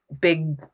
big